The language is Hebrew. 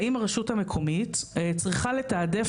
האם הרשות המקומית צריכה לתעדף